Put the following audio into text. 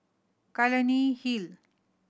Clunny Hill